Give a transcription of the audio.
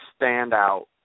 standout